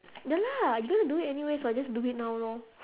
ya lah you gonna do it anyways [what] so just do it now lor